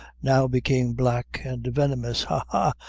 now became black and venomous ha!